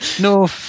No